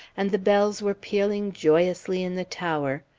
and the bells were pealing joyously in the tower,